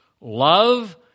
love